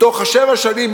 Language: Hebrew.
מתוך השבע שנים,